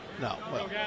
No